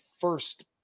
first